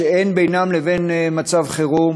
שאין בינם לבין מצב חירום,